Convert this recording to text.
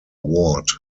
ward